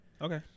Okay